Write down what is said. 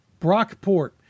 Brockport